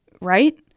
Right